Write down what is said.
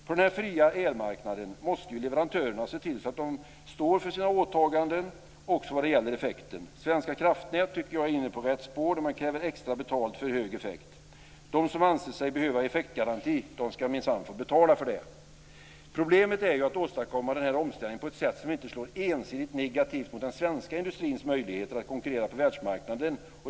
På den fria elmarknaden måste leverantörerna se till att de står för sina åtaganden också vad gäller effekten. Svenska Kraftnät är inne på rätt spår när man kräver extra betalt för hög effekt. De som anser sig behöva effektgaranti ska minsann få betala för det. Problemet är att åstadkomma omställningen på ett sätt som inte slår ensidigt negativt mot den svenska industrins möjligheter att konkurrera på världsmarknaden.